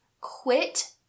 Quit